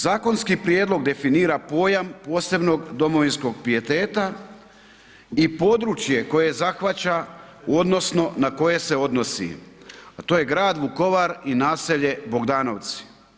Zakonski prijedlog definira pojam posebnog domovinskog pijeteta i područje koje zahvaća odnosno na koje se odnosi, a to je grad Vukovar i naselje Bogdanovci.